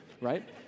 Right